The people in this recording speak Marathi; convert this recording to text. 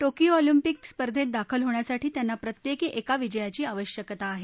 टोकियो ऑलिम्पिक स्पर्धेत दाखल होण्यासाठी त्यांना प्रत्येकी एका विजयाची आवश्यकता आहे